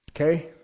Okay